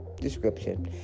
description